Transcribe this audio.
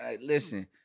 Listen